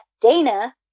dana